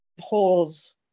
holes